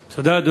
תודה.